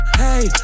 hey